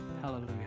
Hallelujah